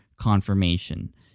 confirmation